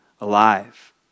alive